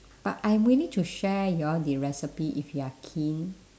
but I willing to share you all the recipe if you are keen